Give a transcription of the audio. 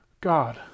God